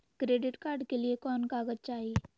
Credit card के लिए कौन कागज चाही?